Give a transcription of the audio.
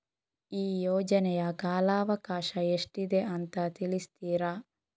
ಈ ಯೋಜನೆಯ ಕಾಲವಕಾಶ ಎಷ್ಟಿದೆ ಅಂತ ತಿಳಿಸ್ತೀರಾ?